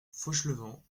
fauchelevent